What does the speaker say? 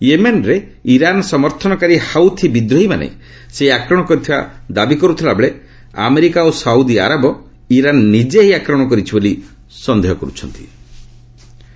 ୟେମେନ୍ରେ Iran ସମର୍ଥନକାରୀ Houthi ବିଦ୍ରୋହୀମାନେ ସେହି ଆକ୍ରମଣ କରିଥିବା ଦାବି କର୍ଥଲାବେଳେ ଆମେରିକା ଓ ସାଉଦି ଆରବ ଇରାନ୍ ନିଜେ ଏହି ଆକ୍ରମଣ କରିଛି ବୋଲି ସନ୍ଦେହ କର୍ ଛନ୍ତି